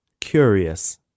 Curious